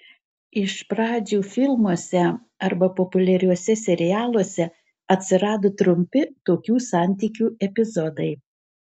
iš pradžių filmuose arba populiariuose serialuose atsirado trumpi tokių santykių epizodai